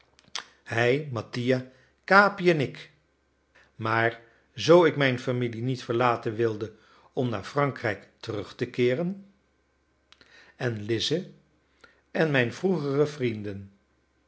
hij mattia capi en ik maar zoo ik mijn familie niet verlaten wilde om naar frankrijk terug te keeren en lize en mijne vroegere vrienden